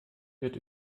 wird